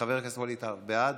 חבר הכנסת ווליד טאהא, בעד,